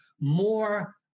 more